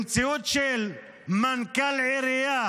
במציאות של מנכ"ל עירייה